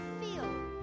feel